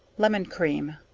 lemon cream.